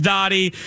Dottie